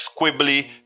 squibbly